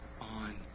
on